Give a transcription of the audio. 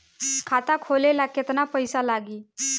खाता खोले ला केतना पइसा लागी?